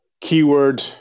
keyword